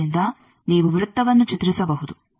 ಆದ್ದರಿಂದ ನೀವು ವೃತ್ತವನ್ನು ಚಿತ್ರಿಸಬಹುದು